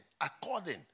according